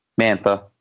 Mantha